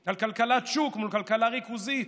על כלכלת שוק מול כלכלה ריכוזית,